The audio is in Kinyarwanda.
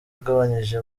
agabanyije